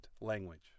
language